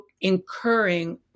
incurring